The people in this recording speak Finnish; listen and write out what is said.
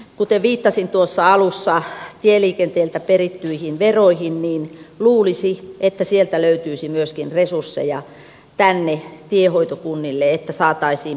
kuten viittasin tuossa alussa tieliikenteeltä perittyihin veroihin niin luulisi että sieltä löytyisi myöskin resursseja tänne tiehoitokunnille että saataisiin